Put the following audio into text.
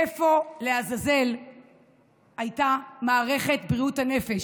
איפה לעזאזל הייתה מערכת בריאות הנפש?